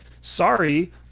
Sorry